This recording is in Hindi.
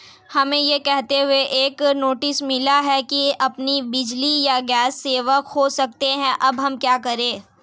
हमें यह कहते हुए एक नोटिस मिला कि हम अपनी बिजली या गैस सेवा खो सकते हैं अब हम क्या करें?